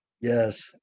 Yes